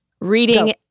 Reading